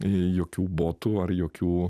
jokių botų ar jokių